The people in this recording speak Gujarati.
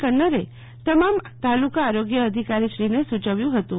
કન્નરે તમામ તાલુકા આરોગ્યઆ અધિકારીશ્રીને સુચ્યું હતું